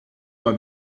mal